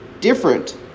different